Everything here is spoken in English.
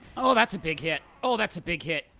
oh, that's a big hit. oh, that's a big hit.